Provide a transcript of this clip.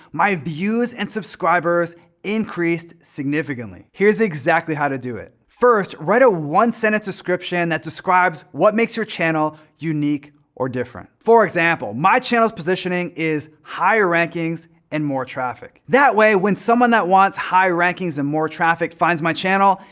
my views and subscribers increased significantly. here's exactly how to do it, first, write a one sentence description that describes what makes your channel unique or different. for example, my channels' positioning is higher rankings and more traffic. that way when someone that wants high rankings and more traffic finds my channel,